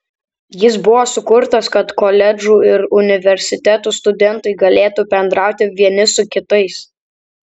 jis buvo sukurtas kad koledžų ir universitetų studentai galėtų bendrauti vieni su kitais